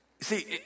see